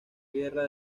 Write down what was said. guerra